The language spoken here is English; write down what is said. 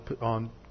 on